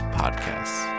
podcasts